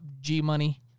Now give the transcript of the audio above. G-Money